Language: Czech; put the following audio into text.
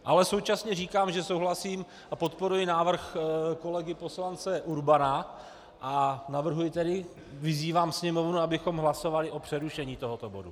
Ale současně říkám, že souhlasím a podporuji návrh kolegy poslance Urbana a navrhuji vyzývám Sněmovnu, abychom hlasovali o přerušení tohoto bodu.